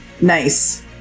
Nice